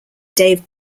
dave